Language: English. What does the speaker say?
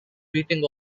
beating